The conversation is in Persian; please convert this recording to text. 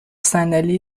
صندلی